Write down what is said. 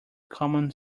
common